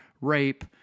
rape